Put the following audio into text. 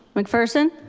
mcpherson.